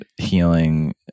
healing